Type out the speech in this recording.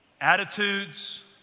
attitudes